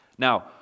Now